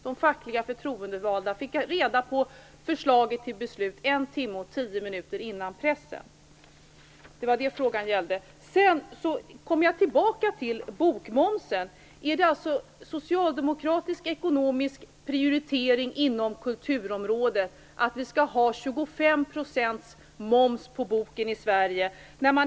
De fackliga förtroendevalda fick reda på förslaget till beslut en timme och tio minuter före pressen. Det var detta frågan gällde. Jag återkommer till frågan om bokmomsen. Är det alltså socialdemokratisk ekonomisk prioritering inom kulturområdet att vi skall ha 25 % moms på böcker i Sverige?